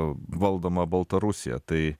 valdoma baltarusija tai